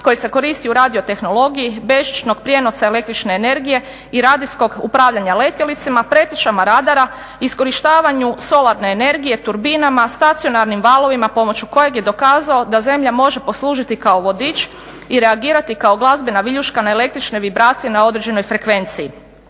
koji se koristi u radio tehnologiji, bežičnog prijenosa električne energije i radijskog upravljanja letjelicama pretečama radara, iskorištavanju solarne energije, turbinama, stacionarnim valovima pomoću kojeg je dokazao da zemlja može poslužiti kao vodič i reagirati kao glazbena viljuška na električne vibracije na određenoj frekvenciji.